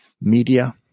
media